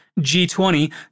G20